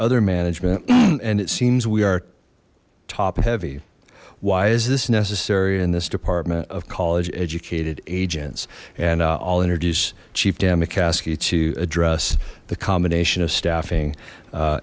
other management and it seems we are top heavy why is this necessary in this department of college educated agents and i'll introduce chief dan mccaskey to address the combination of staffing